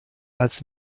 als